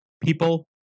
people